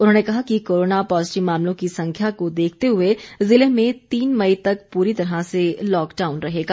उन्होंने कहा कि कोरोना पॉजिटिव मामलों की संख्या को देखते हुए ज़िले में तीन मई तक पूरी तरह से लॉकडाउन रहेगा